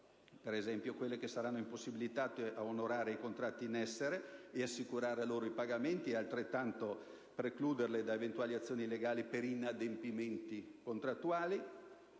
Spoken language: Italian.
ad esempio quelle che saranno impossibilitate ad onorare i contratti in essere, che fossero assicurate nei pagamenti e precluse da eventuali azioni legali per inadempimenti contrattuali.